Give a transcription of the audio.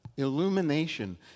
Illumination